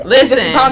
Listen